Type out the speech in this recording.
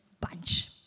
bunch